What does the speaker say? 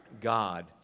God